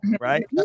right